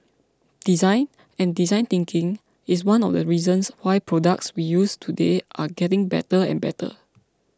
design and design thinking is one of the reasons why products we use today are getting better and better